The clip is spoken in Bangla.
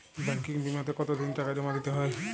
ব্যাঙ্কিং বিমাতে কত দিন টাকা জমা দিতে হয়?